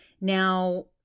Now